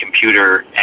computer